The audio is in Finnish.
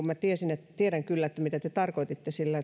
minä tiedän kyllä mitä te tarkoititte sillä